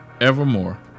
evermore